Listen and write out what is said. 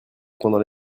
pendant